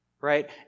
right